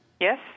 Yes